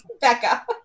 Becca